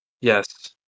Yes